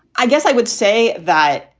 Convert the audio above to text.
i guess i would say that,